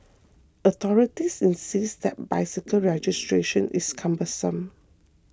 authorities insist that bicycle registration is cumbersome